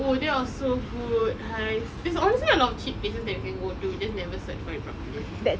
oh that was so good !hais! there's honestly a lot of cheap places that we can go to we just never search for it properly